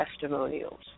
testimonials